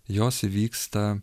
jos įvyksta